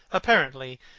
apparently,